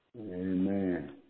Amen